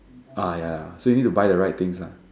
uh ya so you need to buy the right things lah